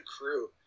crew